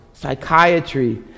psychiatry